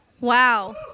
Wow